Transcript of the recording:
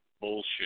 bullshit